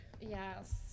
yes